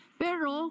pero